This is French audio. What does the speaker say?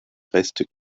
reste